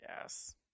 Yes